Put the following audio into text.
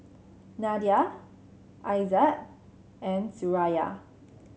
Nadia Aizat and Suraya